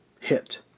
hit